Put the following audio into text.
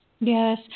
Yes